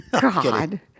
God